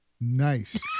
Nice